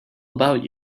about